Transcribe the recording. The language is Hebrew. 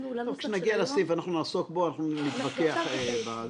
העמדה שלי היא לא עמדת לשכת עורכי הדין,